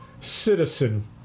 citizen